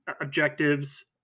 objectives